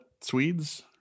Swedes